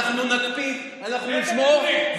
אנחנו נקפיד, אנחנו נשמור.